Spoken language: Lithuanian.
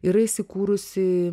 yra įsikūrusi